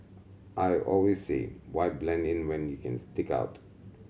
i always say why blend in when you can stick out